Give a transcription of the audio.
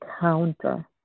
counter